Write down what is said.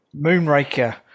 Moonraker